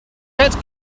get